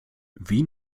wie